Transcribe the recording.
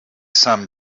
some